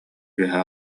үөһэ